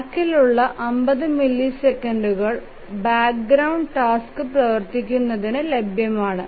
ബാക്കിയുള്ള 50 മില്ലിസെക്കൻഡുകൾ background task പ്രവർത്തിപ്പിക്കുന്നതിന് ലഭ്യമാണ്